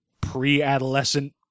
pre-adolescent